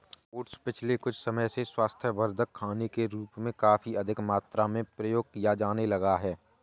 oats पिछले कुछ समय से स्वास्थ्यवर्धक खाने के रूप में काफी अधिक मात्रा में प्रयोग किया जाने लगा है